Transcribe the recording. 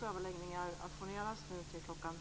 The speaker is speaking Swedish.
Fru talman!